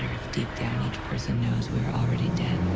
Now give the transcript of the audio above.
deep down, each person knows we're already dead.